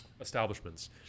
Establishments